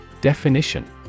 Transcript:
Definition